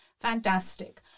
fantastic